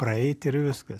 praeit ir viskas